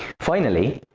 finally,